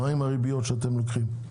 מה עם הריביות שאתם לוקחים?